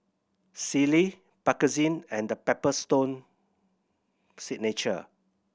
Sealy Bakerzin and The Paper Stone Signature